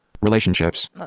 Relationships